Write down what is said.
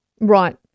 Right